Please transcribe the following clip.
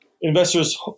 investors